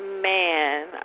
Man